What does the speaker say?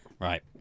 Right